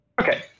Okay